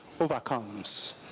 overcomes